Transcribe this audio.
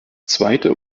zweite